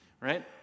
Right